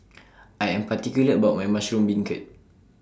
I Am particular about My Mushroom Beancurd